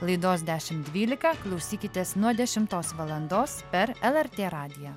laidos dešimt dvylika klausykitės nuo dešimtos valandos per lrt radiją